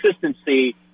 consistency